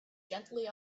gently